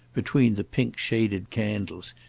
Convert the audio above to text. between the pink-shaded candles,